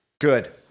Good